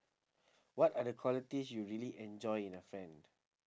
what are the qualities you really enjoy in a friend